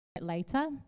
later